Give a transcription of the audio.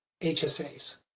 HSAs